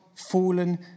fallen